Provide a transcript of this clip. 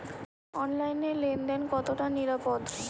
অনলাইনে লেন দেন কতটা নিরাপদ?